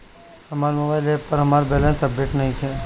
हमर mobile app पर हमर बैलेंस अपडेट नइखे